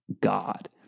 God